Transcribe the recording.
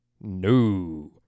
No